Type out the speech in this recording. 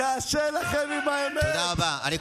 קשה לכם עם האמת.